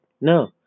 no